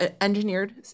engineered